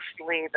mostly